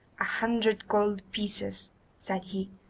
a hundred gold pieces said he,